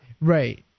Right